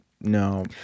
No